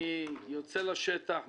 אני יוצא לשטח,